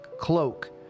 cloak